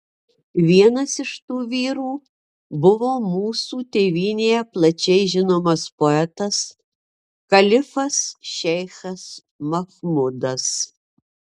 vienas iš tų vyrų buvo mūsų tėvynėje plačiai žinomas poetas kalifas šeichas machmudas